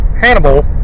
Hannibal